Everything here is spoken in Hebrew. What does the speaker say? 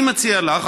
אני מציע לך,